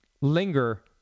linger